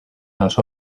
els